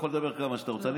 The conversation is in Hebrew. אתה יכול לדבר כמה שאתה רוצה,